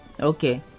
Okay